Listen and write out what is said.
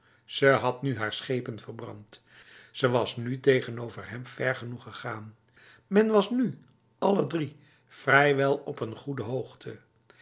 ze had nu haar schepen verbrand ze was nu tegenover hem ver genoeg gegaan men was nu alledrie vrijwel op een goede hoogte